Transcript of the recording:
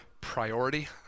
priority